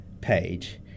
page